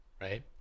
right